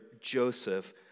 Joseph